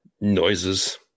noises